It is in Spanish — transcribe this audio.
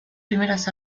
primeras